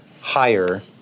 higher